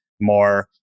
more